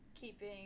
keeping